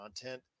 content